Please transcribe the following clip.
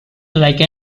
like